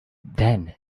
then